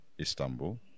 Istanbul